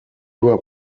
were